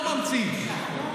אני לא ממציא.